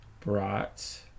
brought